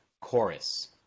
chorus